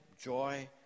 joy